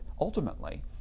ultimately